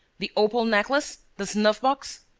the opal necklace? the snuff-box.